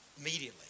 immediately